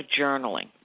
journaling